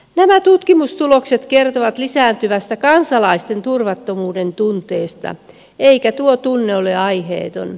nämä tutkimustulokset kertovat lisääntyvästä kansalaisten turvattomuudentunteesta eikä tuo tunne ole aiheeton